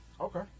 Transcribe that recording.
Okay